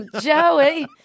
Joey